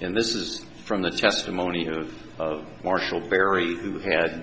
and this is from the testimony of of marshall barry who had